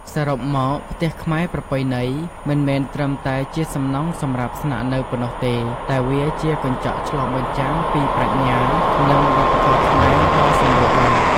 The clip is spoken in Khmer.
សរុបមក ផ្ទះខ្មែរប្រពៃណី មិនមែនត្រឹមតែជាសំណង់សម្រាប់ស្នាក់នៅប៉ុណ្ណោះទេ តែវាជា កញ្ចក់ឆ្លុះបញ្ចាំងពីប្រាជ្ញា និងវប្បធម៌ខ្មែរ ដ៏សម្បូរបែប។